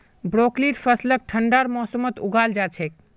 ब्रोकलीर फसलक ठंडार मौसमत उगाल जा छेक